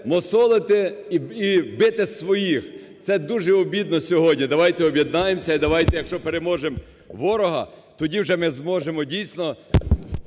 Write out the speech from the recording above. мусолити і бити своїх. Це дуже обідно сьогодні. Давайте об'єднаємося і давайте, якщо переможемо ворога, тоді вже ми зможемо, дійсно…